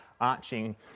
arching